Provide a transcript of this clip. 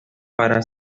para